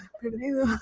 Perdido